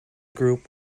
group